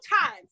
times